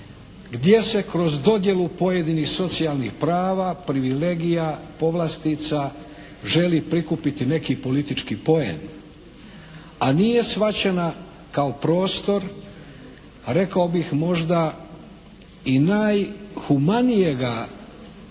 gdje se kroz dodjelu pojedinih socijalnih prava, privilegija, povlastica želi prikupiti neki politički poen. A nije shvaćena kao prostor rekao bih, možda i najhumanijega